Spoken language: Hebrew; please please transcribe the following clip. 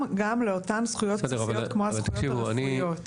גם לאותן זכויות בסיסיות כמו הזכויות הרפואיות.